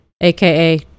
aka